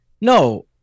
No